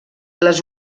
les